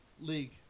League